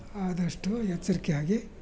ಆದಷ್ಟು ಎಚ್ಚರಿಕೆಯಾಗಿ